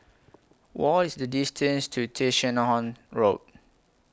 What IS The distance to Tessensohn Road